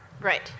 Right